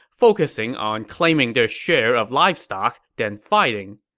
focusing on claiming their share of livestock than fighting.